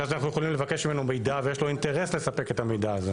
שאז אנחנו יכולים לבקש ממנו מידע ויש לו אינטרס לספק את המידע הזה.